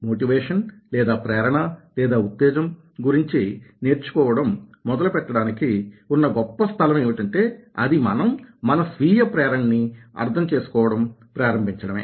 motivation లేదా ప్రేరణ లేదా ఉత్తేజం గురించి నేర్చుకోవడం మొదలు పెట్టడానికి ఉన్న గొప్ప స్థలం ఏమిటంటే అది మనం మన స్వీయ ప్రేరణని అర్థం చేసుకోవడం ప్రారంభించడమే